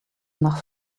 nach